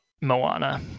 Moana